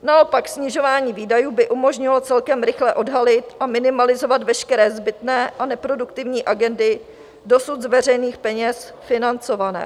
Naopak snižování výdajů by umožnilo celkem rychle odhalit a minimalizovat veškeré zbytné a neproduktivní agendy dosud z veřejných peněz financované.